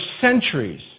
centuries